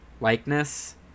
likeness